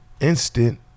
instant